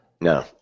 No